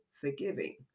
forgiving